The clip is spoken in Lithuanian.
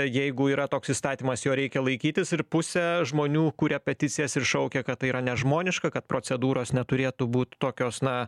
jeigu yra toks įstatymas jo reikia laikytis ir pusė žmonių kuria peticijas ir šaukia kad tai yra nežmoniška kad procedūros neturėtų būt tokios na